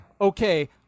okay